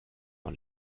und